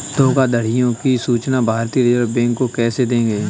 धोखाधड़ियों की सूचना भारतीय रिजर्व बैंक को कैसे देंगे?